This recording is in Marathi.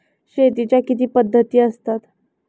शेतीच्या किती पद्धती असतात?